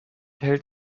hält